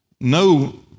No